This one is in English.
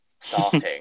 starting